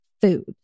food